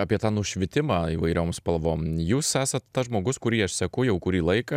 apie tą nušvitimą įvairiom spalvom jūs esat tas žmogus kurį aš seku jau kurį laiką